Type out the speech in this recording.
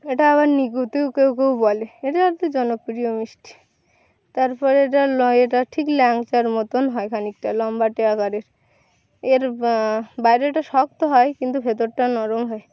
এটা আবার নিকুতিও কেউ কেউ বলে এটা আর তো জনপ্রিয় মিষ্টি তারপর এটা ল এটা ঠিক ল্যাংচার মতোন হয় খানিকটা লম্বাটে আকারের এর বাইরেটা এটা শক্ত হয় কিন্তু ভেতরটা নরম হয়